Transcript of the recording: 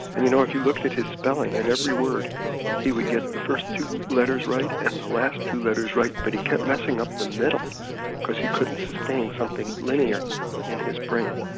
and you know if you looked at his spelling, in every word he would get the first two letters right and the last two letters right but he kept messing up the middle because he couldn't sustain something linear in his brain.